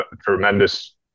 tremendous